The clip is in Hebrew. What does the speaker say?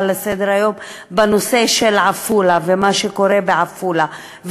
לסדר-היום בנושא של עפולה ומה שקורה בעפולה,